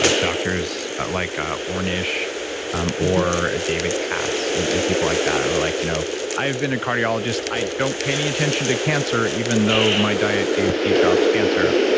ah doctors like ah ornish um or a david katz and and people like that, or like, you know i've been a cardiologist. i don't pay any attention to cancer even though my diet gave steve jobs cancer.